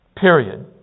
Period